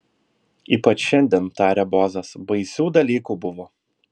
ypač šiandien tarė bozas baisių dalykų buvo